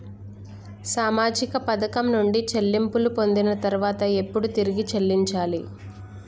సామాజిక పథకం నుండి చెల్లింపులు పొందిన తర్వాత ఎప్పుడు తిరిగి చెల్లించాలి?